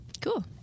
Cool